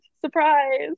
surprise